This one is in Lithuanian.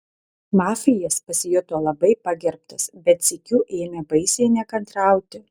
mafijas pasijuto labai pagerbtas bet sykiu ėmė baisiai nekantrauti